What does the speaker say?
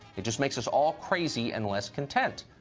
it just makes us all crazy and less content.